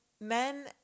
men